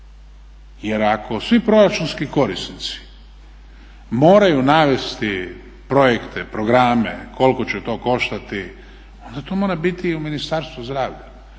Jer ako svi proračunski korisnici moraju navesti projekte, programe, koliko će to koštati onda to mora biti i u Ministarstvu zdravlja.